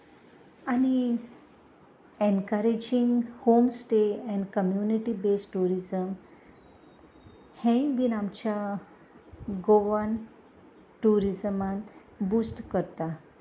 आनी encouraging home stay and community based tourism हेंय बीन आमच्या गोवन ट्युरिजमांत बुस्ट करता